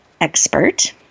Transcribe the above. expert